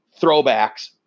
throwbacks